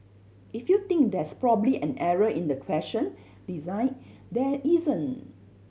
if you think there's probably an error in the question design there isn't